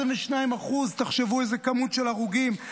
22%, תחשבו איזו כמות של הרוגים.